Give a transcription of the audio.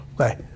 Okay